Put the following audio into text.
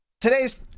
today's